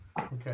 Okay